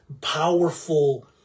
powerful